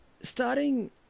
starting